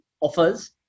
offers